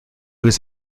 was